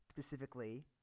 Specifically